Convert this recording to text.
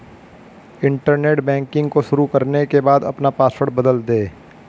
internet banking को शुरू करने के बाद अपना पॉसवर्ड बदल दे